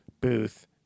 Booth